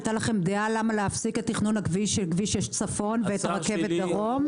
הייתה לכם דעה למה להפסיק את תכנון כביש 6 צפון ואת רכבת דרום?